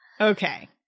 Okay